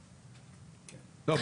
לא,